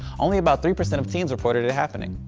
only about three percent of teens reported it happening.